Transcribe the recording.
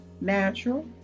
natural